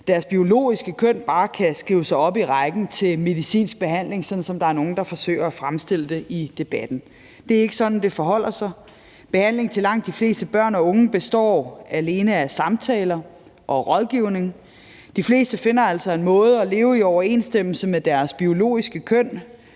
deres biologiske køn, bare kan skrive sig op i rækken til medicinsk behandling, sådan som der er nogle, der forsøger at fremstille det i debatten. Det er ikke sådan, det forholder sig. Behandling til langt de fleste børn og unge består alene af samtaler og rådgivning. De fleste finder altså en måde at leve i overensstemmelse med deres biologiske køn